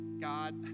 God